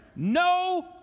No